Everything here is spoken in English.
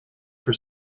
for